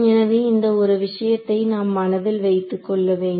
எனவே இந்த ஒரு விஷயத்தை நாம் மனதில் வைத்துக்கொள்ள வேண்டும்